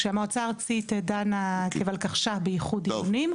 כשהמועצה הארצית דנה כולקחש"פ באיחוד דיונים,